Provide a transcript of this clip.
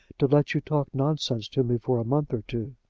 to let you talk nonsense to me for a month or two.